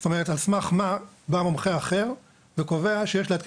זאת אומרת על סמך מה בא מומחה אחר וקובע שיש לעדכן